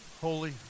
holy